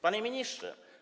Panie Ministrze!